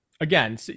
again